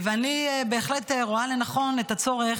אני בהחלט רואה לנכון את הצורך,